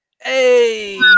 Hey